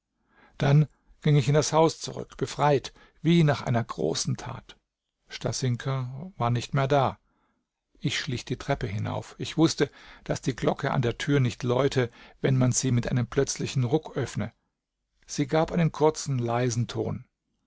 dann ging ich in das haus zurück befreit wie nach einer großen tat stasinka war nicht mehr da ich schlich die treppe hinauf ich wußte daß die glocke an der tür nicht läute wenn man sie mit plötzlichem ruck öffne sie gab einen kurzen leisen ton